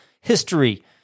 history